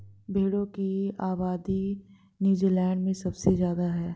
भेड़ों की आबादी नूज़ीलैण्ड में सबसे ज्यादा है